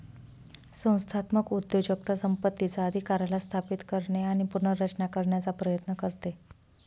संस्थात्मक उद्योजकता संपत्तीचा अधिकाराला स्थापित करणे आणि पुनर्रचना करण्याचा प्रयत्न करते